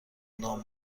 نام